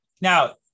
Now